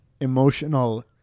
emotional